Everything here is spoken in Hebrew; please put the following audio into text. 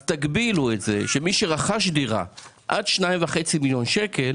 תגבילו את זה לכך שמי שרכש דירה בפחות מ-2.5 מיליון שקלים